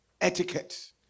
etiquette